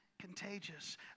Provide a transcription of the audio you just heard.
contagious